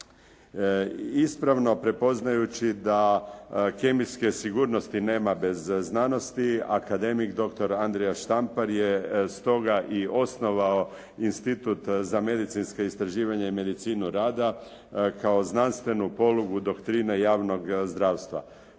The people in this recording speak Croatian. Ispravno prepoznajući da kemijske sigurnosti nema bez znanosti, akademik doktor Andrija Štampar je stoga i osnovao Institut za medicinska istraživanja i medicinu rada kao znanstvenu polugu doktrine javnog zdravstva.